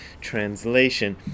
translation